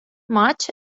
maç